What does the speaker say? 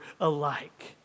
alike